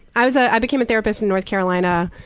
i was i became a therapist in north carolina,